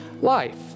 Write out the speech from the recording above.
life